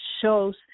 shows